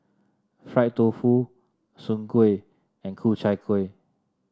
Fried Tofu Soon Kuih and Ku Chai Kueh